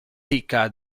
sitka